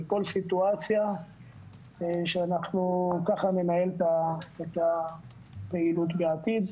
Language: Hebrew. לכל סיטואציה ואנחנו ככה ננהל ביעילות בעתיד.